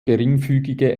geringfügige